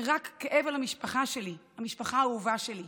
רק כאב על המשפחה שלי, המשפחה האהובה שלי.